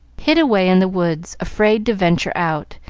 hid away in the woods, afraid to venture out,